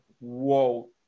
whoa